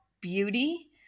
beauty